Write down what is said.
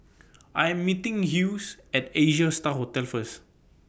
I Am meeting Hughes At Asia STAR Hotel First